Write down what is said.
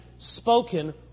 spoken